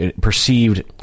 perceived